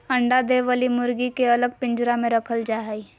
अंडा दे वली मुर्गी के अलग पिंजरा में रखल जा हई